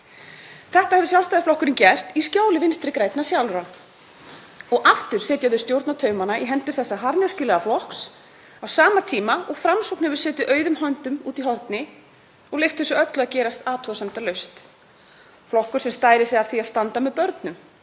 Þetta hefur Sjálfstæðisflokkurinn gert í skjóli Vinstri grænna sjálfra. Aftur setja þau stjórnartaumana í hendur þessa harðneskjulega flokks á sama tíma og Framsókn hefur setið auðum höndum úti í horni og leyft þessu öllu að gerast athugasemdalaust. Flokkur sem stærir sig af því að standa með börnum